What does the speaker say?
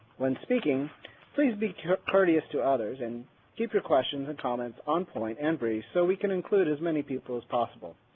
when speaking please be courteous to others and keep your questions and comments on point and brief so we can include as many people as possible.